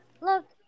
Look